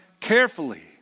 carefully